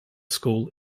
school